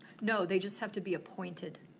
no, they just have to be appointed.